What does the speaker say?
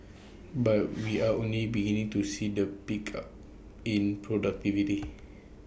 but we are only beginning to see the pickup in productivity